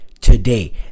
today